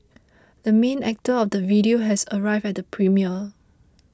the main actor of the video has arrived at the premiere